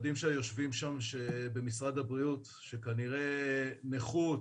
מדהים שהיושבים שם ממשרד הבריאות, שכנראה נכות,